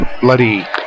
bloody